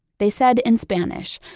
they said in spanish,